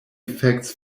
effects